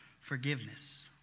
forgiveness